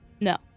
No